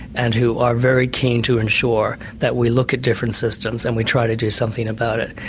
and who are very keen to ensure that we look at different systems, and we try to do something about it.